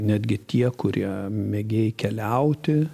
netgi tie kurie mėgėjai keliauti